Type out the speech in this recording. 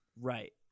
Right